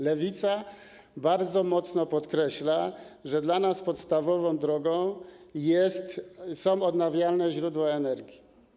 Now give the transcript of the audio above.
Lewica bardzo mocno podkreśla, że dla nas podstawową drogą są odnawialne źródła energii.